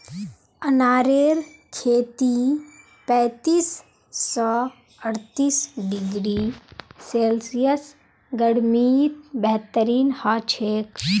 अनारेर खेती पैंतीस स अर्तीस डिग्री सेल्सियस गर्मीत बेहतरीन हछेक